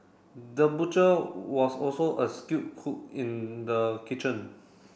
the butcher was also a skilled cook in the kitchen